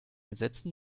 gesetzen